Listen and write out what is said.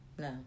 No